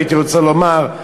הייתי רוצה לומר,